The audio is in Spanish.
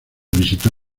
visitó